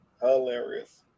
Hilarious